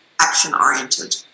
action-oriented